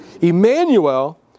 Emmanuel